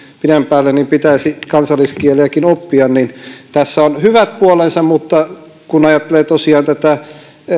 asuu pidempään pitäisi kansalliskieliäkin oppia tässä on hyvät puolensa mutta kun ajattelee tosiaan tätä